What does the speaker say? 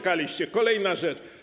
Kolejna rzecz.